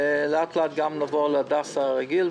לאט-לאט יעבור גם להדסה הרגיל,